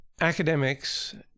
academics